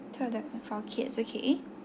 two adult four kids okay